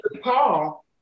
Paul